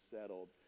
settled